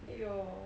!aiyo!